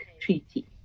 Treaty